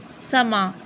ਸਮਾਂ